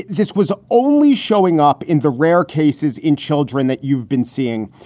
this was only showing up in the rare cases in children that you've been seeing,